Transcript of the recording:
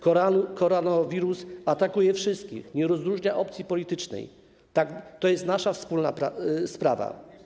Koronawirus atakuje wszystkich, nie rozróżnia opcji politycznej, to jest nasza wspólna sprawa.